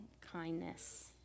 kindness